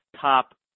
top